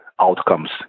outcomes